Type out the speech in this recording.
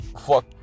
fuck